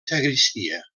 sagristia